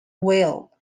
weyl